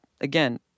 again